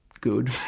good